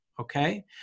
Okay